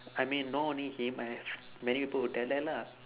I mean not only him I have many people who like that lah